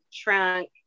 trunk